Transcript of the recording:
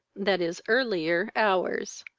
that is, earlier hours.